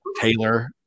Taylor